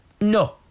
No